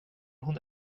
hon